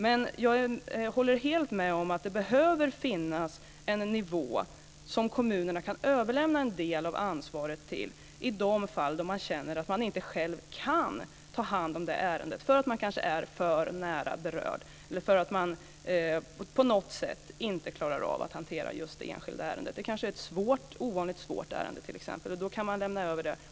Men jag håller helt med om att det behöver finnas en nivå som kommunerna kan överlämna en del av ansvaret till i de fall då man känner att man inte själv kan ta hand om ett ärende därför att man kanske är för nära berörd eller för att man på något sätt inte klarar av att hantera just det enskilda ärendet. Det kanske är ett ovanligt svårt ärende. Då kan man lämna över det.